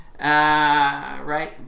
right